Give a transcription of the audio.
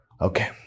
Okay